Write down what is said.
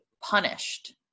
punished